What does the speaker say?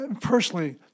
personally